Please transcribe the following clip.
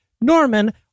Norman